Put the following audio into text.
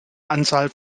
anzahl